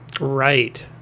right